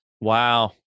Wow